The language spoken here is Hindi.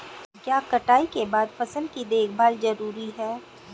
क्या कटाई के बाद फसल की देखभाल जरूरी है?